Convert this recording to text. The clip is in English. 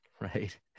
right